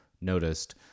Noticed